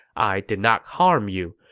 i did not harm you,